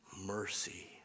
mercy